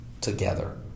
together